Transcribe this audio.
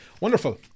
Wonderful